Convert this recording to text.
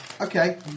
Okay